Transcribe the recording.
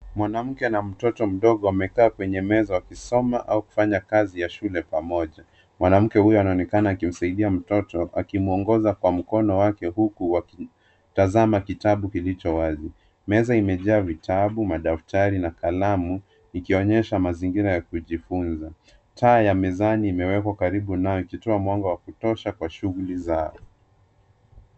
Mwanamke na mtoto mdogo wamekaa kwenye meza, wakisoma au kufanya kazi ya shule pamoja. Mwanamke huyo anaonekana akimsaidia mtoto. akimwongoza kwa mkono wake huku wakitazama kitabu kilicho wazi. Meza imejaa vitabu ,madaftari na kalamu, ikionyesha mazingira ya kujifunza. Taa ya mezani imewekwa karibu nao ikitoa mwanga wa kutosha katika shughuli zao.